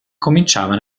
cominciava